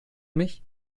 mich